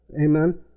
amen